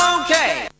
Okay